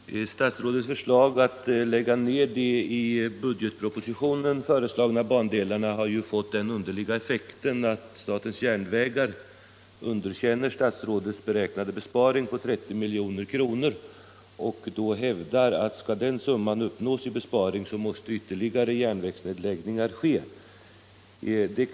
Herr talman! Statsrådets förslag att lägga ned de i budgetpropositionen föreslagna bandelarna har fått den underliga effekten att SJ underkänner statsrådets beräknade besparing på 30 milj.kr. och hävdar att skall den summan uppnås i besparing måste ytterligare järnvägsnedläggningar ske.